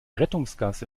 rettungsgasse